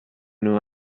know